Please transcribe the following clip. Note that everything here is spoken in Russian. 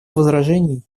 возражений